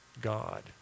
God